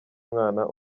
mwana